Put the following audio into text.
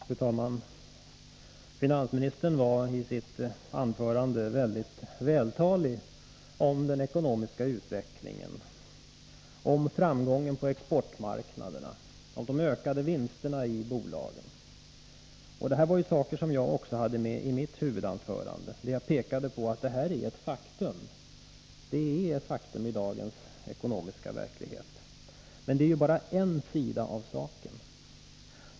Fru talman! Finansministern var i sitt anförande mycket vältalig beträffande den ekonomiska utvecklingen, framgången på exportmarknaden och de ökade vinsterna i bolagen. Det här är saker som jag också hade med i mitt huvudanförande, där jag pekade på att detta är fakta i dagens ekonomiska verklighet. Men det är bara en sida av saken.